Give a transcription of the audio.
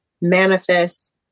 manifest